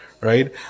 right